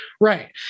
Right